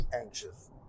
anxious